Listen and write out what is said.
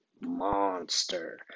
monster